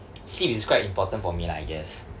sleep is quite important for me lah I guess